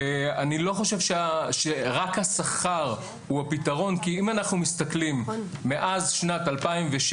אני לא חושב שרק השכר הוא הפתרון כי אם אנחנו מסתכלים מאז שנת 2006